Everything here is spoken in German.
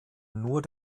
nur